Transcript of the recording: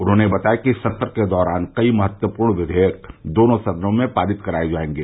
उन्होंने बताया कि सत्र के दौरान कई महत्वपूर्ण विधेयक दोनों सदनों में पारित कराये जायेंगे